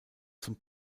zum